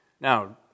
Now